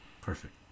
Perfect